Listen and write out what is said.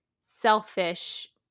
selfish